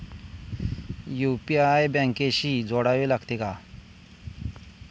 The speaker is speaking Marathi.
यु.पी.आय बँकेशी जोडावे लागते का?